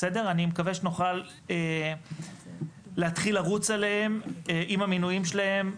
אני מקווה שנוכל להתחיל לרוץ עליהם עם המינויים שלהם,